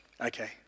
okay